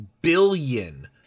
billion